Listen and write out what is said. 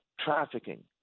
trafficking